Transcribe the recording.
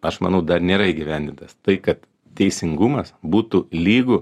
aš manau dar nėra įgyvendintas tai kad teisingumas būtų lygu